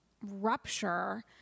rupture